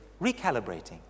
recalibrating